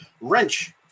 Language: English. wrench